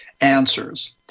answers